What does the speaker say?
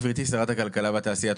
גברתי שרת הכלכלה והתעשייה,